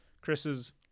Chris's